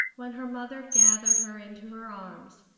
when her mother gathered her into her arms,